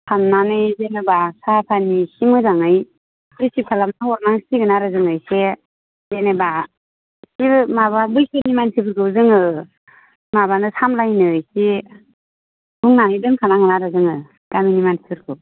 साननानै जेनेबा साहा फानि इसे मोजाङै रिसिभ खालामथाव हरनांसिगोन आरो जों इसे जेनेबा माबा बैदिनाव मानसिफोरखौ जोङो माबानो सामलायनो एसे बुंनानै दोनखानांगोन आरो जोङो गामिनि मानसिफोरखौ